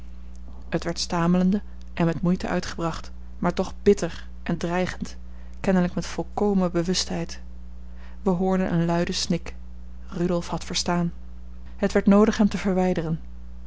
het werd stamelende en met moeite uitgebracht maar toch bitter en dreigend kennelijk met volkomen bewustheid wij hoorden een luiden snik rudolf had verstaan het werd noodig hem te verwijderen